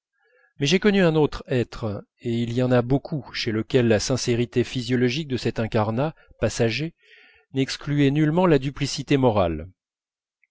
mais j'ai connu un autre être et il y en a beaucoup chez lequel la sincérité physiologique de cet incarnat passager n'excluait nullement la duplicité morale